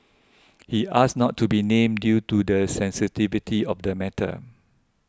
he asked not to be named due to the sensitivity of the matter